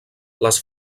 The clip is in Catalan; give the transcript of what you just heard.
les